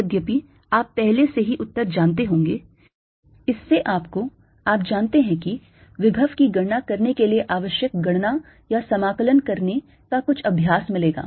यद्यपि आप पहले से ही उत्तर जानते होंगे इससे आपको आप जानते हैं कि विभव की गणना करने के लिए आवश्यक गणना या समाकलन करने का कुछ अभ्यास मिलेगा